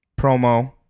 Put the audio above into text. promo